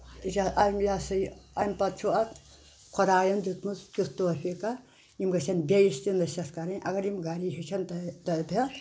اَمہِ یہِ سا یہِ اَمہِ پَتہٕ چھُ اتھ خۄدایَن دیُتمُت تیُتھ طوفیٖکہہ یِم گژھن بیٚس تہِ نصیت کَرٕنۍ اگر یِم گَری ہیٚچھان تہٕ